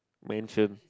mansion